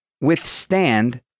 withstand